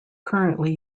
currently